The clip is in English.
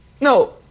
No